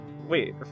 Wait